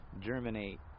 germinate